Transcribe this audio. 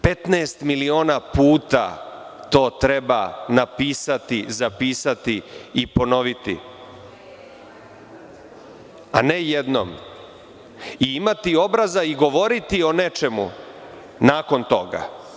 Petnaest miliona puta to treba napisati, zapisati i ponoviti, a ne jednom, i imati obraza i govoriti o nečemu nakon toga.